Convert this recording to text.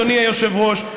אדוני היושב-ראש,